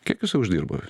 kiek jisai uždirba